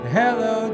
hello